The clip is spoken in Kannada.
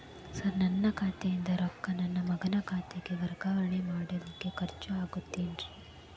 ಸರ್ ನನ್ನ ಖಾತೆಯಿಂದ ರೊಕ್ಕ ನನ್ನ ಮಗನ ಖಾತೆಗೆ ವರ್ಗಾವಣೆ ಮಾಡಲಿಕ್ಕೆ ಖರ್ಚ್ ಆಗುತ್ತೇನ್ರಿ?